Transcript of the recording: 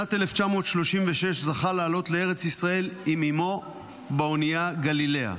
בשנת 1936 זכה לעלות לארץ ישראל עם אימו באונייה גלילאה,